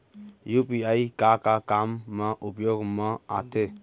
UPI का का काम मा उपयोग मा आथे?